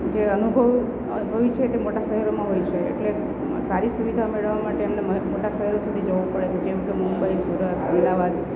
જે અનુભવ હોય છે કે મોટા શહેરોમાં હોય છે એટલે સારી સુવિધા મેળવવા માટે એમને મોટા શહેરો સુધી જવું પડે છે જેમ કે મુંબઈ સુરત અમદાવાદ